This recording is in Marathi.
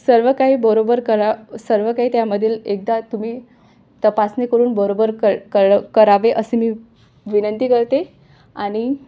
सर्व काही बरोबर करा सर्व काही त्यामधील एकदा तुम्ही तपासणी करून बरोबर क क करावे असे मी विनंती करते आणि